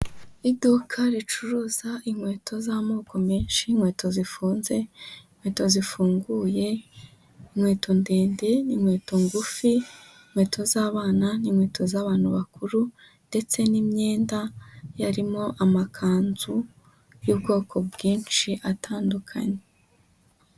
Iduka ricuruza inkweto z'amoko menshi, inkweto zifunze, inkweto zifunguye, inkweto ndende n'inkweto ngufi, inkweto z'abana n'inkweto z'abantu bakuru ndetse n'imyenda, yarimo amakanzu y'ubwoko bwinshi atandukanye.